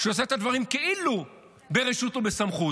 שעושה את הדברים כאילו ברשות ובסמכות,